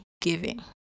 giving